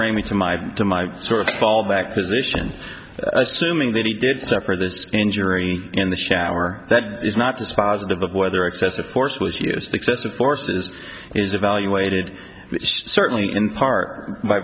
bring me to my to my sort of fallback position assuming that he did suffer the injury in the shower that is not dispositive of whether excessive force was used excessive force is is evaluated certainly in part by